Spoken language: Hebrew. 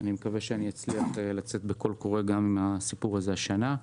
ואני מקווה שנצליח לצאת בקול קורא עם הסיפור הזה השנה.